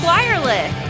Wireless